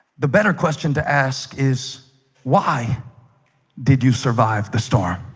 the better question to ask is why did you survive the storm?